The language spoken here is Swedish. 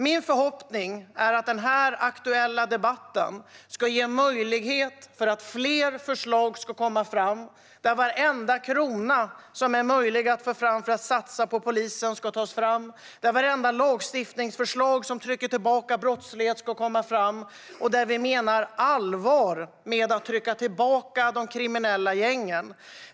Min förhoppning är att den aktuella debatten ska göra det möjligt att ta fram fler förslag, där varenda krona som kan satsas på polisen ska tas fram, där vartenda lagstiftningsförslag som trycker tillbaka brottslighet ska komma fram och där vi menar allvar med att trycka tillbaka de kriminella gängen.